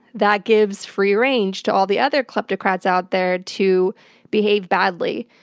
that gives free range to all the other kleptocrats out there to behave badly,